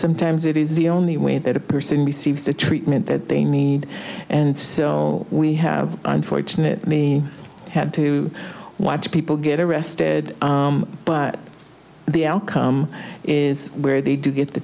sometimes it is the only way that a person receives the treatment that they need and so we have unfortunately had to watch people get arrested but the outcome is where they do get the